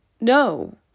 no